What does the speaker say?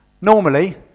Normally